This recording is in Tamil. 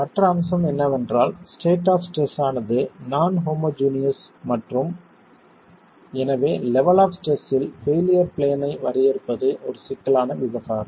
மற்ற அம்சம் என்னவென்றால் ஸ்டேட் ஆப் ஸ்ட்ரெஸ் ஆனது நான் ஹோமோஜினியஸ் மற்றும் எனவே லெவல் ஆப் ஸ்ட்ரெஸ் இல் பெயிலியர் பிளேன் ஐ வரையறுப்பது ஒரு சிக்கலான விவகாரம்